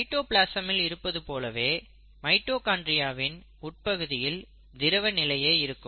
சைட்டோபிளாசமில் இருப்பது போல் மைட்டோகாண்ட்ரியாவின் உட்பகுதியில் திரவ நிலையே இருக்கும்